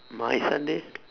my sunday